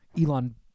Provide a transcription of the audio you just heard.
Elon